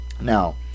now